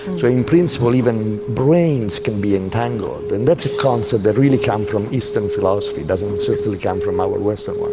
so in principle even brains can be entangled and that's a concept that really came from eastern philosophy, it doesn't certainly come from our western one.